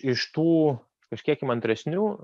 iš tų kažkiek įmantresnių